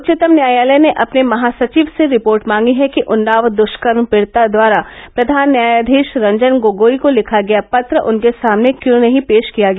उच्चतम न्यायालय ने अपने महासचिव से रिपोर्ट मांगी है कि उन्नाव दष्कर्म पीडिता द्वारा प्रधान न्यायाधीश रंजन गोगोई को लिखा गया पत्र उनके सामने क्यों नहीं पेश किया गया